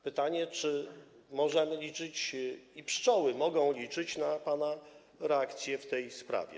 Pytanie, czy możemy liczyć i pszczoły mogą liczyć na pana reakcję w tej sprawie.